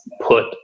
put